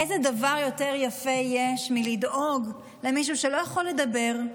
איזה דבר יותר יפה יש מלדאוג למישהו שלא יכול לדבר,